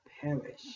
perish